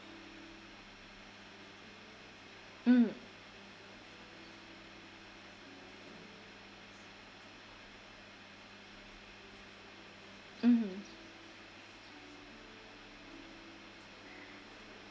mm mm